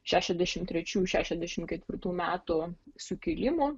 šešiasdešimt trečių šešiasdešimt ketvirtų metų sukilimo